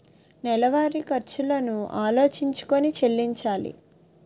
నెలవారి ఖర్చులను ఆలోచించుకొని చెల్లించాలి